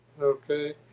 Okay